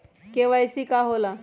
KYC का होला?